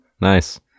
Nice